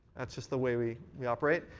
that's just the way we we operate.